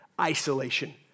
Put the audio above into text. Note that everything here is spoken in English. isolation